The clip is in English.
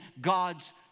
God's